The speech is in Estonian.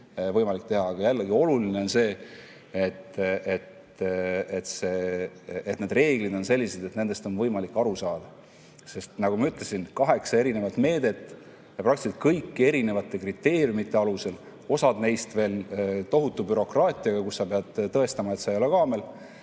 Aga jällegi, oluline on see, et reeglid oleksid sellised, et nendest oleks võimalik aru saada. Nagu ma ütlesin, kaheksa meedet ja praktiliselt kõik erinevate kriteeriumide alusel, osa neist veel tohutu bürokraatiaga, kui sa pead tõestama, et sa ei ole kaamel,